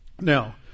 Now